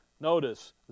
Notice